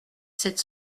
sept